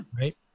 Right